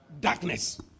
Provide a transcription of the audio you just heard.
Darkness